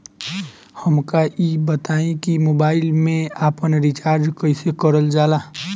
हमका ई बताई कि मोबाईल में आपन रिचार्ज कईसे करल जाला?